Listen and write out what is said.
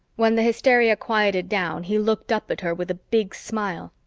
when the hysteria quieted down, he looked up at her with a big smile.